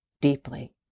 deeply